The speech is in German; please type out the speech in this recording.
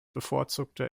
bevorzugte